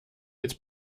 its